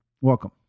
Welcome